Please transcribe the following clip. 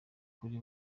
kuri